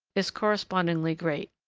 is correspondingly great.